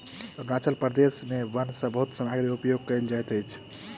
अरुणाचल प्रदेश के वन सॅ बहुत सामग्री उपयोग कयल जाइत अछि